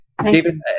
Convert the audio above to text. Stephen